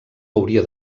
hauria